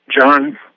John